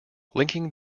linking